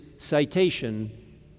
citation